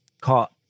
caught